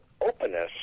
openness